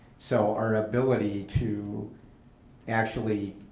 so our ability to actually,